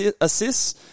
assists